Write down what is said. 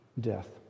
death